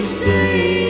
say